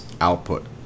output